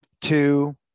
two